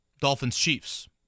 Dolphins-Chiefs